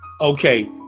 okay